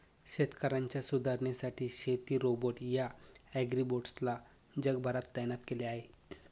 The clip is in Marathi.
शेतकऱ्यांच्या सुधारणेसाठी शेती रोबोट या ॲग्रीबोट्स ला जगभरात तैनात केल आहे